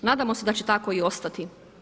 Nadamo se da će tako i ostati.